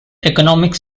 economic